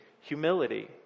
humility